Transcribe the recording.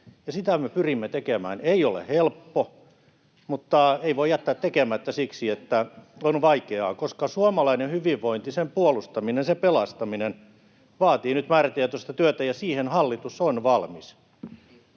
sitä me pyrimme tekemään. Ei ole helppoa, [Suna Kymäläisen välihuuto] mutta ei voi jättää tekemättä siksi, että on vaikeaa, koska suomalainen hyvinvointi, sen puolustaminen, sen pelastaminen, vaatii nyt määrätietoista työtä, ja siihen hallitus on valmis.